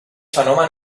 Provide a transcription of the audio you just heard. fenomen